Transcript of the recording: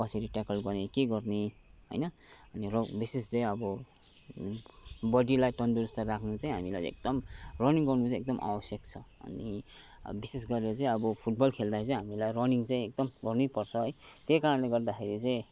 कसरी ट्याकल गर्ने के गर्ने होइन अनि विशेष चाहिँ अब बडीलाई तन्दुरुस्त राख्नु चाहिँ हामीलाई एकदम रनिङ गर्नु चाहिँ एकदम आवश्यक छ अनि विशेष गरेर चाहिँ अब फुटबल खेल्दाखेरि चाहिँ हामीलाई रनिङ चाहिँ एकदम गर्नै पर्छ है त्यही कारणले गर्दाखेरि चाहिँ